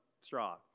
straw